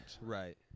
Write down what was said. Right